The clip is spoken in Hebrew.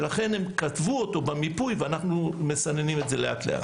ולכן הם כתבו אותו במיפוי ואנחנו מסננים את זה לאט לאט.